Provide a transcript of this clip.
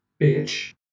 bitch